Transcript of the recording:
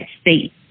state